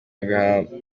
bagahanwa